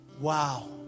Wow